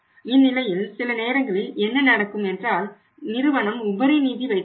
இந்நிலையில் சில நேரங்களில் என்ன நடக்கும் என்றால் நிறுவனம் உபரி நிதி வைத்திருக்கும்